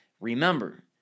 Remember